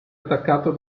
attaccato